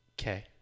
Okay